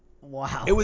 Wow